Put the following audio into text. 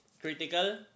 critical